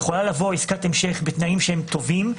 יכולה לבוא עסקת המשך בתנאים שהם טובים,